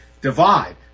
divide